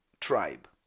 tribe